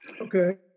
Okay